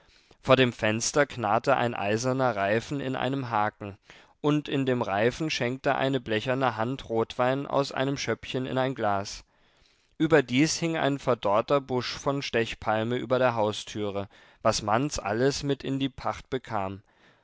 vor dem fenster knarrte ein eiserner reifen in einem haken und in dem reifen schenkte eine blecherne hand rotwein aus einem schöppchen in ein glas überdies hing ein verdorrter busch von stechpalme über der haustüre was manz alles mit in die pacht bekam